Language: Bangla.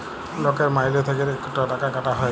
লকের মাইলে থ্যাইকে ইকট টাকা কাটা হ্যয়